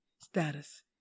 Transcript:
status